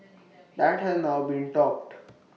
that has now been topped